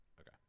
Okay